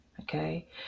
Okay